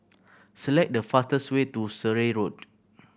select the fastest way to Surrey Road